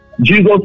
Jesus